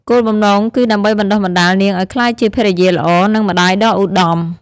គោលបំណងគឺដើម្បីបណ្តុះបណ្តាលនាងឱ្យក្លាយជា ភរិយាល្អ និង ម្តាយដ៏ឧត្តម។